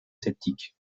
celtique